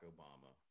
Obama